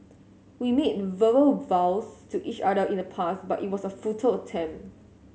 we made verbal vows to each other in the past but it was a futile attempt